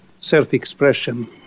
self-expression